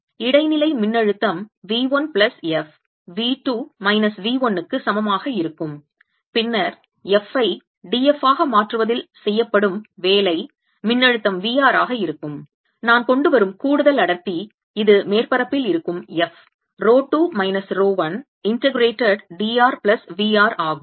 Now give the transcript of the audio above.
இடைநிலை மின்னழுத்தம் V 1 plus f V 2 minus V 1 க்கு சமமாக இருக்கும் பின்னர் f ஐ d f ஆக மாற்றுவதில் செய்யப்படும் வேலை மின்னழுத்தம் V r ஆக இருக்கும் நான் கொண்டு வரும் கூடுதல் அடர்த்தி இது மேற்பரப்பில் இருக்கும் f rho 2 minus rho 1 integrated d r plus V r ஆகும்